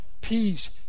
peace